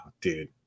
dude